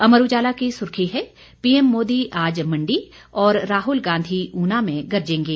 अमर उजाला की सुर्खी है पीएम मोदी आज मंडी और राहुल गांधी ऊना में गरजेंगे